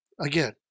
Again